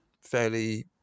fairly